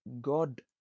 God